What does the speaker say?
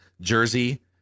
jersey